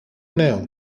νέο